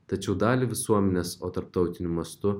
tačiau dalį visuomenės o tarptautiniu mastu